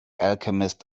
alchemist